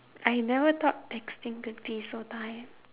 I never thought texting could be so tiring